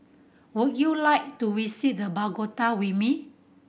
would you like to visit the Bogota with me